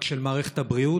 רק של מערכת הבריאות,